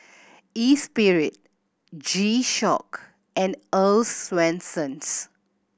Espirit G Shock and Earl's Swensens